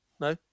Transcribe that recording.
No